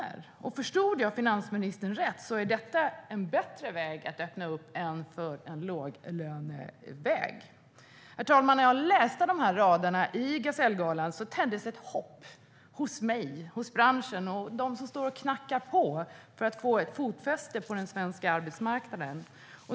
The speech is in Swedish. Om jag förstod finansministern rätt är detta en bättre väg att öppna upp än en låglöneväg. När jag läste dessa rader från Gasellgalan tändes ett hopp hos mig, hos branschen och hos dem som står och knackar på för att få ett fotfäste på den svenska arbetsmarknaden.